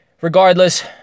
regardless